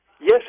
Yes